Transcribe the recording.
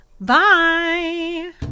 Bye